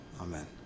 Amen